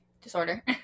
Disorder